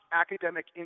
Academic